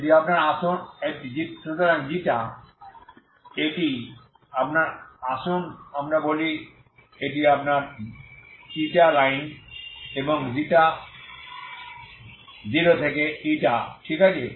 এটি আপনার আসুন আমরা বলি এটি আপনার η লাইন 0 থেকে η ঠিক আছে